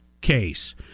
case